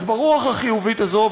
אז ברוח החיובית הזו,